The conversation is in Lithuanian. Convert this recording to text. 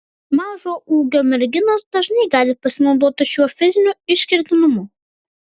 mažo ūgio merginos dažnai gali pasinaudoti šiuo fiziniu išskirtinumu